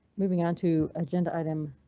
moving on to agenda item.